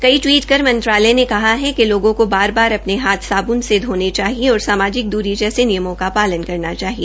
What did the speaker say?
कई टवीट कर मंत्रालय ने कहा है कि लोगों को बार बार अपने हाथ साब्न से धोने चाहिए और सामाजिक दूरी जैसे नियमों का पालन करना चाहिए